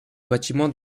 bâtiment